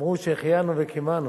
אמרו שהחיינו וקיימנו,